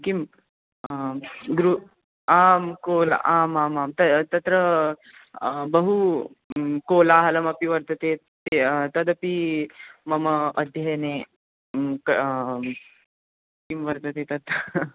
किम् दृ आं कोल आमामां ता तत्र बहु कोलाहलमपि वर्धते ते तदपि मम अध्ययने किं वर्तते तत्